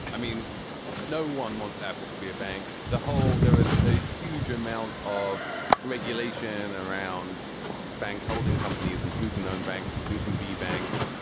i mean no one wants apple to be a bank. the whole there is a huge amount of regulation around bank holding companies and who can own banks and who can be banks.